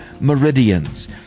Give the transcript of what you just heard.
meridians